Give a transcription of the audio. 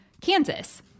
Kansas